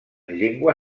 llengua